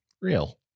Real